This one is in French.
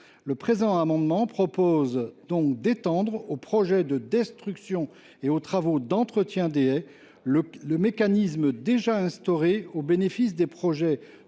Par cet amendement, nous proposons donc d’étendre aux projets de destruction et aux travaux d’entretien des haies le mécanisme déjà instauré au bénéfice des projets